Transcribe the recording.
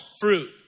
fruit